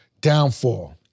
downfall